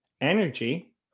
energy